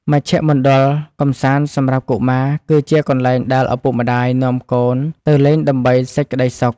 មជ្ឈមណ្ឌលកម្សាន្តសម្រាប់កុមារ គឺជាកន្លែងដែលឪពុកម្តាយនាំកូនទៅលេងដើម្បីសេចក្តីសុខ។